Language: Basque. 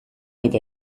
eta